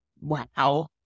wow